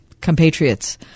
compatriots –